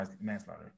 manslaughter